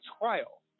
trial